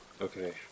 okay